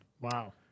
Wow